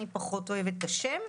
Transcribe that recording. ואני פחות אוהבת את השם.